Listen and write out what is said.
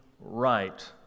right